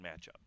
matchup